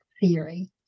theory